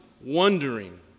wondering